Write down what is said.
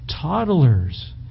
Toddlers